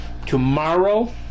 Tomorrow